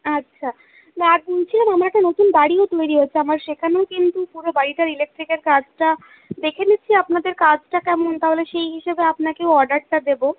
আচ্ছা না বলছিলাম আমার একটা নতুন বাড়িও তৈরি হচ্ছে আমার সেখানেই কিন্তু পুরো বাড়িটার ইলেকট্রিকের কাজটা দেখে নিচ্ছি আপনাদের কাজটা কেমন তাহলে সেই হিসেবেও আপনাকে অর্ডারটা দেবো